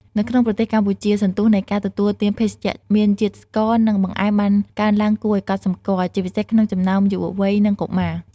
នៅក្នុងប្រទេសកម្ពុជា សន្ទុះនៃការទទួលទានភេសជ្ជៈមានជាតិស្ករ និងបង្អែមបានកើនឡើងគួរឱ្យកត់សម្គាល់ ជាពិសេសក្នុងចំណោមយុវវ័យនិងកុមារ។